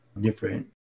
different